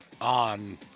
on